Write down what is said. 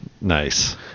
Nice